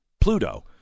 Pluto